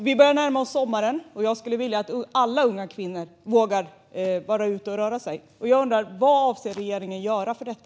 Vi börjar närma oss sommaren, och jag skulle vilja att alla unga kvinnor vågar vara ute och röra sig. Jag undrar: Vad avser regeringen att göra åt detta?